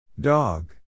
Dog